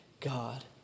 God